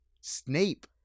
Snape